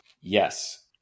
yes